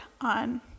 on